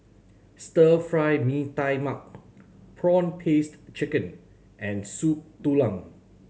Stir Fry Mee Tai Mak prawn paste chicken and Soup Tulang